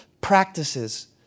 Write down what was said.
practices